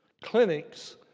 clinics